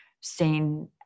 seen